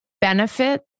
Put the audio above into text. benefit